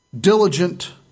diligent